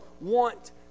want